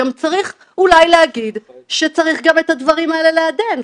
גם צריך אולי להגיד שצריך את הדברים האלה לעדן.